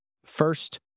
First